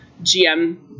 GM